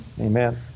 Amen